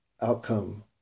outcome